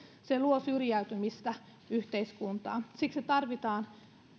se luo syrjäytymistä yhteiskuntaan siksi tarvitaan